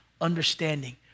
Understanding